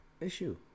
issue